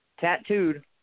tattooed